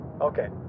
Okay